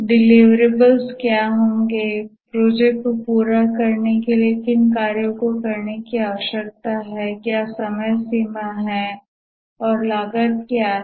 deliverables क्या होंगे project को पूरा करने के लिए किन कार्यों को करने की आवश्यकता है क्या समय सीमाएं हैं और लागत क्या है